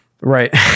Right